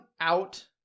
out